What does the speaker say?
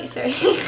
Sorry